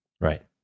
Right